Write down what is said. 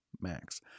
Max